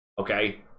Okay